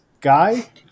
guy